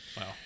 Wow